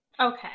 Okay